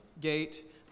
Gate